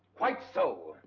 quite so!